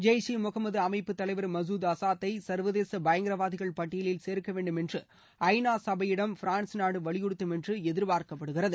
ஜெயிஸ் ஈ முகமது அமைப்பு தலைவர் மசூத் அசாத்தை சர்வதேச பயங்கரவாதிகள் பட்டியலில் சேர்க்க வேண்டும் என்று ஐநா சபையிடம் ஃபிரான்ஸ் நாடு வலியுறுத்தும் என்று எதிர்பார்க்கப்படுகிறது